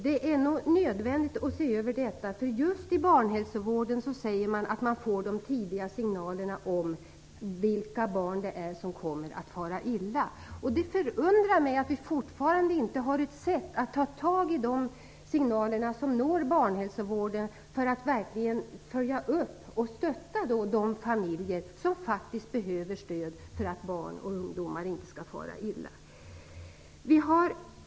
Det är nog nödvändigt att se över detta, för just inom barnhälsovården säger man att man får de tidiga signalerna om vilka barn som kommer att fara illa. Det förundrar mig att vi fortfarande inte har ett sätt att ta tag i de signaler som når barnhälsovården för att verkligen följa upp och stödja de familjer som behöver stöd för att inte barn och ungdomar skall fara illa.